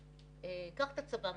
קח את הצבא.